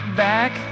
back